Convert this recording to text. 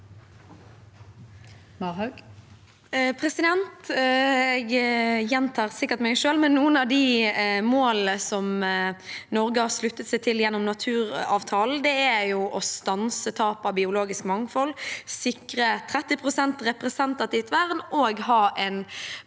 Jeg gjentar sikkert meg selv, men noen av de målene som Norge har sluttet seg til gjennom naturavtalen, er å stanse tapet av biologisk mangfold, sikre 30 pst., representativt vern og ha en